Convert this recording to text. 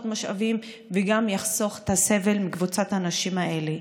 משאבים וגם יחסוך את הסבל מקבוצת הנשים האלה.